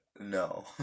No